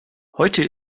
heute